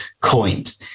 coined